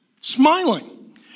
smiling